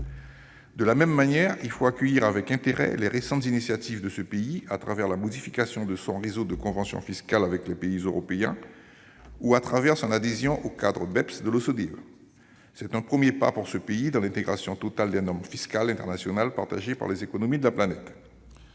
De la même manière, il faut accueillir avec intérêt les récentes initiatives prises par le Botswana à travers la modification de son réseau de conventions fiscales avec les pays européens ou son adhésion au cadre BEPS () de l'OCDE. C'est un premier pas vers l'intégration totale par ce pays des normes fiscales internationales partagées par les économies de la planète.